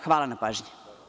Hvala na pažnji.